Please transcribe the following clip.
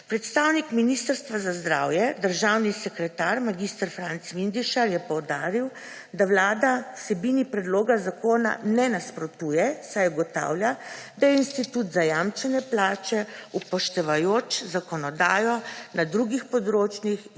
Predstavnik Ministrstva za zdravje državni sekretar mag. Franc Vindišar je poudaril, da Vlada vsebini predloga zakona ne nasprotuje, saj ugotavlja, da je institut zajamčene plače, upoštevajoč zakonodajo na drugih področjih,